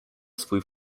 swój